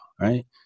right